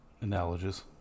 analogies